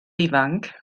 ifanc